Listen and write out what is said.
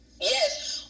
Yes